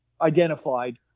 identified